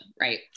right